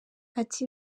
ati